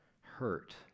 hurt